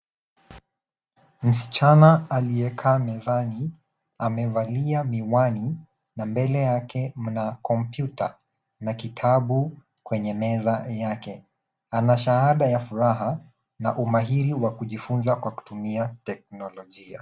Msichana aliyekaa mezani, amevalia miwani na mbele yake mna kompyuta na kitabu kwenye meza yake. Ana shahada ya furaha na umahiri wa kujifunza kwa kutumia teknolojia.